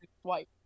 swipe